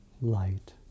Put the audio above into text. light